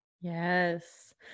Yes